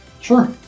Sure